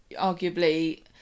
arguably